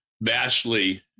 vastly